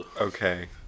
Okay